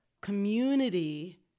community